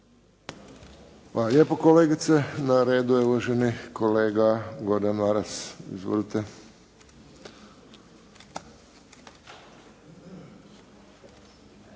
lijepo kolegice. Na redu je uvaženi kolega Gordan Maras. Izvolite.